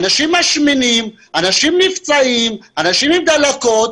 אנשים משמינים, נפצעים, אנשים עם דלקות.